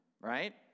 right